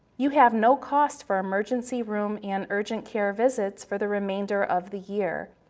you have no costs for emergency room and urgent care visits for the remainder of the year,